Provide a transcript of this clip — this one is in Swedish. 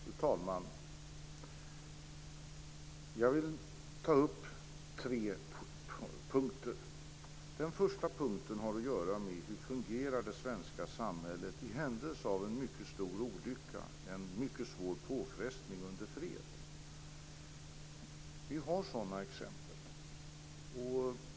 Fru talman! Jag vill ta upp tre punkter. Den första punkten har att göra med hur det svenska samhället fungerar i händelse av en mycket stor olycka - en mycket svår påfrestning under fred. Vi har sådana exempel.